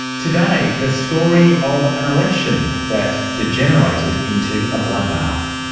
today the story of an election that degenerated into a bloodbath.